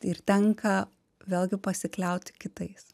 ir tenka vėlgi pasikliauti kitais